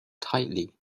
tightly